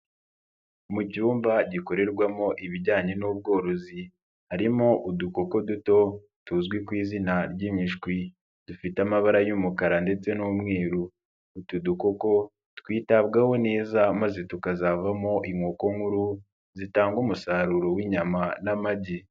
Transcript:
Mu cyumba gikorerwamo ibijyanye n'ubworozi, harimo udukoko duto tuzwi ku izina ry'imishwi, dufite amabara y'umukara ndetse n'umweru, utu dukoko twitabwaho neza maze tukazavamo inkoko nkuru, zitanga umusaruro w'inyama n'amagi.